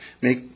make